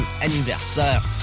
anniversaire